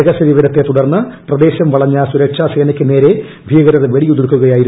രഹസ്യ വിവരത്തെ തുടർന്ന് പ്രദേശം വളഞ്ഞ സുരക്ഷാ സേനക്ക് നേരെ ഭീകരർ വെടിയുതിർക്കുകയായിരുന്നു